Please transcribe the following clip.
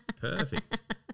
Perfect